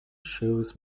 shoes